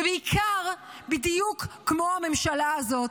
ובעיקר בדיוק כמו הממשלה הזאת,